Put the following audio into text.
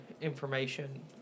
information